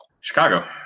Chicago